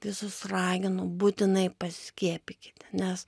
visus raginu būtinai paskiepykite nes